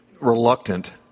reluctant